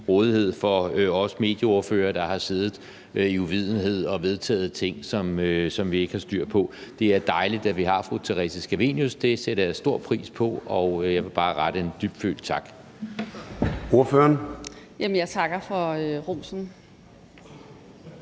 rådighed for os medieordførere, der har siddet i uvidenhed og vedtaget ting, som vi ikke har styr på. Det er dejligt, at vi har fru Theresa Scavenius. Det sætter jeg stor pris på, og jeg vil bare komme med en dybfølt tak.